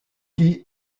qui